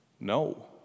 No